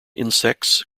insects